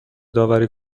داوری